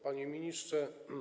Panie Ministrze!